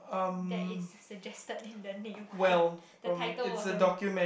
that is suggested in the name of the the title of the